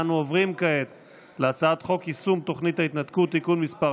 אנו עוברים כעת להצעת חוק יישום תוכנית ההתנתקות (תיקון מס'